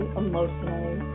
emotionally